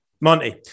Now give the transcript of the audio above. Monty